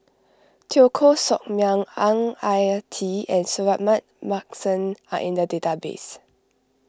Teo Koh Sock Miang Ang Ah Tee and Suratman Markasan are in the database